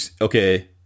okay